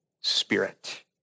spirit